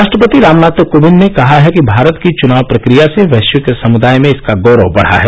राष्ट्रपति रामनाथ कोविंद ने कहा है कि भारत की चुनाव प्रक्रिया से वैश्विक समुदाय में इसका गौरव बढ़ा है